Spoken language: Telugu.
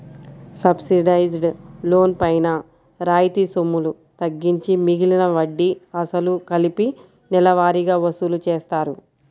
సబ్సిడైజ్డ్ లోన్ పైన రాయితీ సొమ్ములు తగ్గించి మిగిలిన వడ్డీ, అసలు కలిపి నెలవారీగా వసూలు చేస్తారు